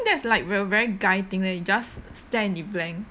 that's like real very guy thing that you just stare in the blank